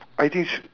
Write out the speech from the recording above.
I think should